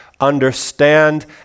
understand